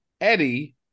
Eddie